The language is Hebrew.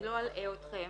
אני לא אלאה אתכם